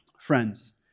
Friends